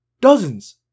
Dozens